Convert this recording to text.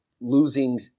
losing